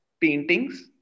paintings